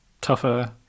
tougher